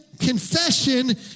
confession